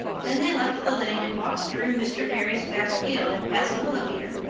then they left the lane and walked through mr. barry's back field and past willowmere.